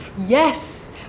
Yes